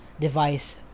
device